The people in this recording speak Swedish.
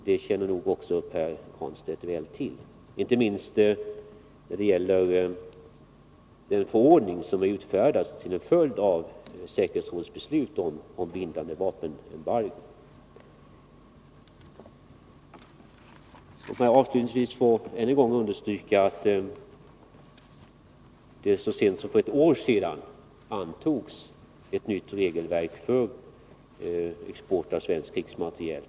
Det känner nog också Pär Granstedt väl till — inte minst när det gäller den förordning som utfärdades såsom en följd av säkerhetsrådets beslut om bindande vapenembargo. Avslutningsvis vill jag än en gång understryka att det så sent som för ett år sedan antogs ett nytt regelverk för export av svensk krigsmateriel.